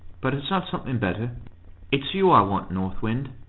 but it's not something better it's you i want, north wind,